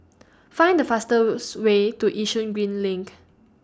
Find The fastest Way to Yishun Green LINK